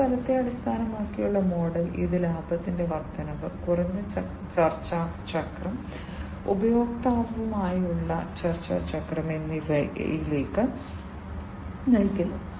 ഈ ഫലത്തെ അടിസ്ഥാനമാക്കിയുള്ള മോഡൽ ഇത് ലാഭത്തിന്റെ വർദ്ധനവ് കുറഞ്ഞ ചർച്ചാ ചക്രം ഉപഭോക്താവുമായുള്ള ചർച്ചാ ചക്രം എന്നിവയിലേക്ക് നയിക്കുന്നു